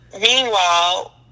Meanwhile